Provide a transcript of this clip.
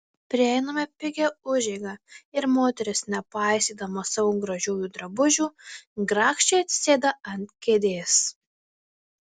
prieiname pigią užeigą ir moteris nepaisydama savo gražiųjų drabužių grakščiai atsisėda ant kėdės